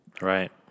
Right